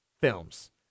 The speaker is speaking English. films